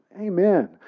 Amen